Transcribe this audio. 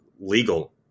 legal